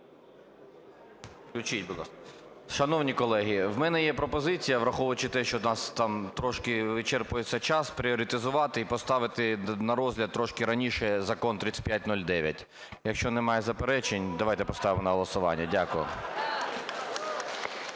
АРАХАМІЯ Д.Г. Шановні колеги, в мене є пропозиція, враховуючи те, що у нас там трошки вичерпується час, пріоритезувати і поставити на розгляд трошки раніше Закон 3509. Якщо немає заперечень, давайте поставимо на голосування. Дякую.